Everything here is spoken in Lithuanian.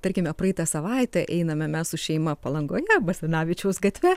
tarkime praeitą savaitę einame mes su šeima palangoje basanavičiaus gatve